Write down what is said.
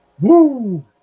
Woo